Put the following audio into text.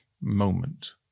moment